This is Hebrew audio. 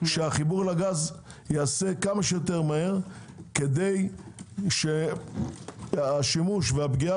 שהחיבור לגז ייעשה כמה שיותר מהר כדי שהשימוש והפגיעה